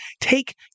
take